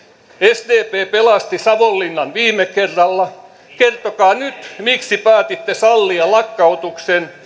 sdp pelasti savonlinnan viime kerralla kertokaa nyt miksi päätitte sallia lakkautuksen